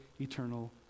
eternal